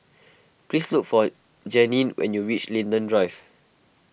please look for Janene when you reach Linden Drive